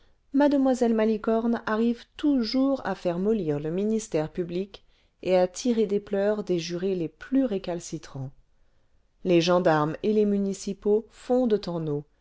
mn malicorne arrive toujours à faire mollir le ministère public et à tirer des pleurs des jurés les plus récalcitrants les gendarmes et les municipaux fondent en eau